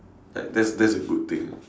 like that's that's a good thing